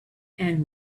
and